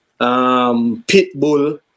Pitbull